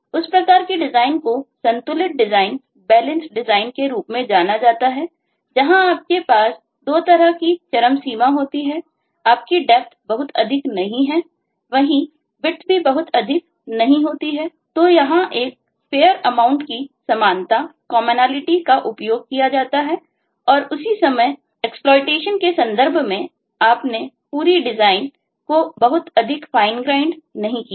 उस प्रकार की डिजाइन को संतुलित डिजाइनबैलेंस्ड डिजाइन नहीं किया है